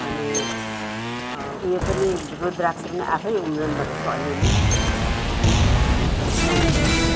अनि उयो पनि रुद्राक्ष पनि आफै उम्रिँदो रहेछ अलिअलि त्यो छ त्यहाँदेखि